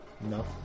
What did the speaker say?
No